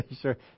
Sure